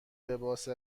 لباس